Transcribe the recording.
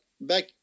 back